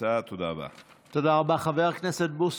הביטוח הלאומי כך שייקבע כי חייל בודד,